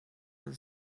man